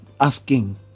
asking